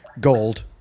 gold